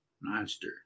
monster